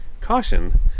caution